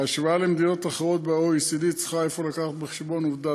ההשוואה למדינות אחרות ב-OECD צריכה אפוא לקחת בחשבון עובדה